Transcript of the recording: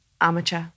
amateur